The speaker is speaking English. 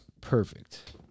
Perfect